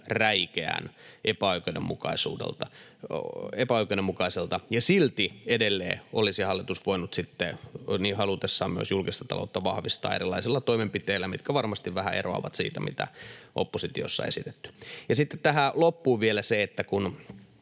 räikeän epäoikeudenmukaiselta — ja silti edelleen hallitus olisi voinut sitten niin halutessaan myös julkista taloutta vahvistaa erilaisilla toimenpiteillä, mitkä varmasti vähän eroavat siitä, mitä oppositiossa on esitetty. Ja sitten tähän loppuun vielä: Kun